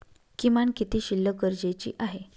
किमान किती शिल्लक गरजेची आहे?